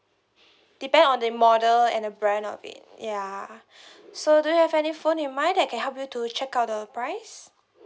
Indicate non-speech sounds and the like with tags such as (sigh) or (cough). depend on the model and the brand of it ya (breath) so do you have any phone in mind that can help you to check out the price